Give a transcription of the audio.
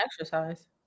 exercise